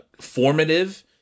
formative